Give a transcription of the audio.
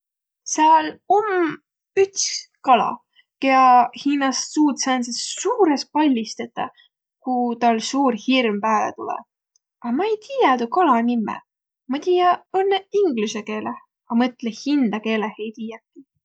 Sääl om üts kala, kiä hinnäst suut sääntses suurõs pallis tetäq, ku täl suur hirm pääle tulõ. A ma ei tiiäq tuu kala nimme. Ma tiiä õnnõ inglüse keeleh, a mõtlõq, hindä keeleh ei tiiäkiq.